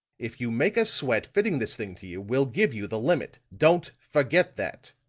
if you make us sweat, fitting this thing to you, we'll give you the limit. don't forget that.